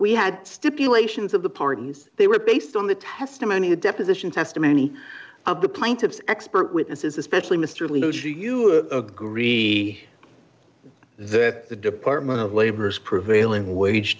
we had stipulations of the pardons they were based on the testimony the deposition testimony of the plaintiff's expert witnesses especially mr luzhin you a greedy that the department of labor's prevailing wage